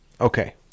Okay